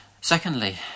Secondly